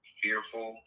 fearful